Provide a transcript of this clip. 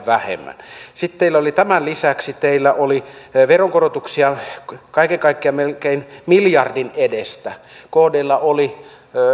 vähemmän sitten teillä oli tämän lisäksi veronkorotuksia kaiken kaikkiaan melkein miljardin edestä kdllä oli